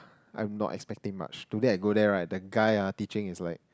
I'm not expecting much today I go there right the guy teaching is like